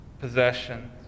possessions